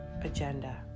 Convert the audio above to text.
agenda